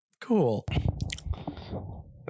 Cool